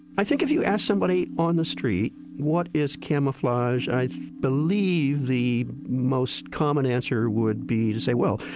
i think if you ask somebody on the street, what is camouflage? i believe the most common answer would be to say, well,